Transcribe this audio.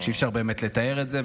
אי-אפשר באמת לתאר את זה,